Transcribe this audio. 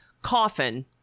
Coffin